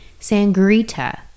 Sangrita